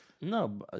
No